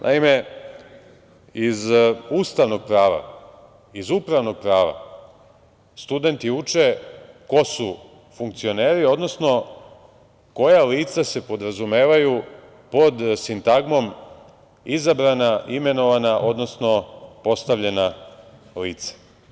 Naime, iz ustavnog prava, iz upravnog prava studenti uče ko su funkcioneri, odnosno, koja lica se podrazumevaju pod sintagmom izabrana, imenovana, odnosno postavljena lica.